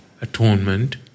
Atonement